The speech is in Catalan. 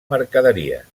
mercaderies